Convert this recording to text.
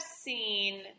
seen